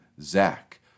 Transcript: Zach